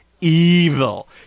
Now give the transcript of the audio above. evil